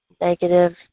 negative